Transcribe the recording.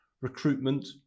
recruitment